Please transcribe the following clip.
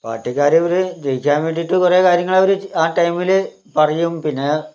പാർട്ടിക്കാർ ഇവർ ജയിക്കാൻ വേണ്ടിയിട്ട് കുറേ കാര്യങ്ങൾ അവർ ആ ടൈമിൽ പറയും പിന്നെ